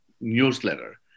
newsletter